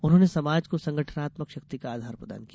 उन्होंने समाज को संगठनात्मक शक्ति का आधार प्रदान किया